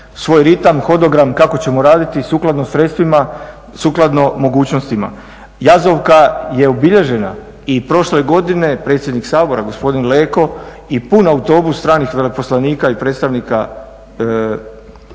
svoj ritam, hodogram kako ćemo raditi sukladno sredstvima, sukladno mogućnostima. Jazovka je ubilježena i prošle godine predsjednik Sabora gospodin Leko i pun autobus stranih veleposlanika i predstavnika vojnih